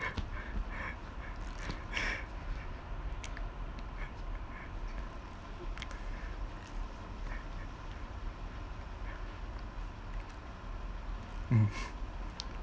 mm